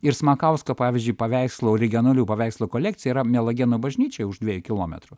ir smakausko pavyzdžiui paveikslų originalių paveikslų kolekcija yra mielagėnų bažnyčioje už dviejų kilometrų